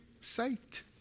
sight